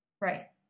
Right